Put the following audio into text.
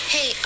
Hey